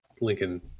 Lincoln